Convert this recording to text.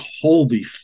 holy